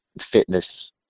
fitness